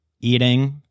eating